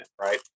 right